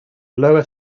lower